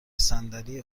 صندلی